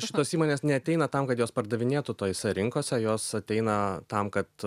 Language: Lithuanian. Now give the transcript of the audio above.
šitos įmonės neateina tam kad jos pardavinėtų tose rinkose jos ateina tam kad